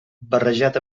barrejat